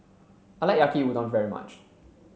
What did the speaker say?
I like Yaki Udon very much